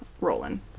rolling